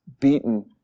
beaten